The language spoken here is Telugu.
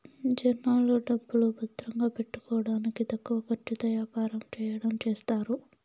జనాల డబ్బులు భద్రంగా పెట్టుకోడానికి తక్కువ ఖర్చుతో యాపారం చెయ్యడం చేస్తారు